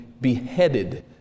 beheaded